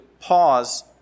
pause